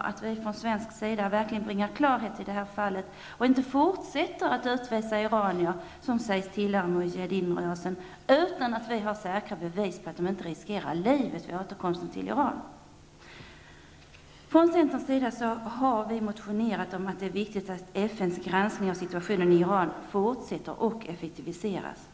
att vi från svensk sida verkligen bringar klarhet i detta fall och inte fortsätter att utvisa iranier som säger sig tillhöra Mujaheddinrörelsen utan att vi har säkra bevis på att de inte riskerar livet vid återkomsten till Från centerns sida har vi motionerat om att det är viktigt att FNs granskning av situationen i Iran fortsätter och effektiviseras.